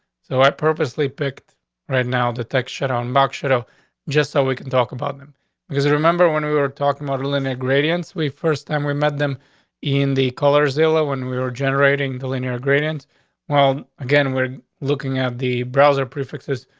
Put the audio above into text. so i purposely picked right now the texture on box shadow just so we can talk about them because remember when we were talking morlin ingredients we first time we met them in the color zilla when we were generating the linear ingredient well, again, we're looking at the browser prefixes,